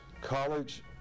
college